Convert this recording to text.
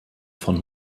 von